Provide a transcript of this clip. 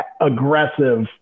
aggressive